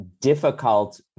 difficult